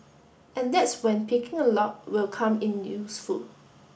and that's when picking a lock will come in useful